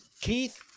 Keith